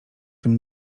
tym